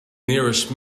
nearest